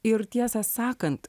ir tiesą sakant